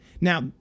Now